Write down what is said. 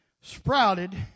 sprouted